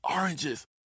oranges